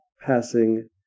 passing